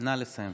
נא לסיים.